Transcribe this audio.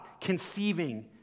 conceiving